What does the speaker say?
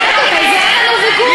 על זה אין לנו ויכוח.